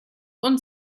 und